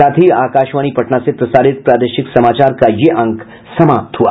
इसके साथ ही आकाशवाणी पटना से प्रसारित प्रादेशिक समाचार का ये अंक समाप्त हुआ